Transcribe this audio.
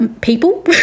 people